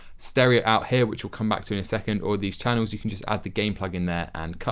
stereo out here which we'll come back to in a second, all these channels you can just add the gain plug-in there and cut.